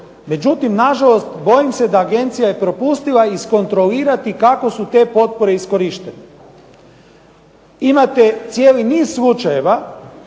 međutim na žalost bojim se da agencija je propustila iskontrolirati kako su te potpore iskorištene. Imate cijeli niz slučajeva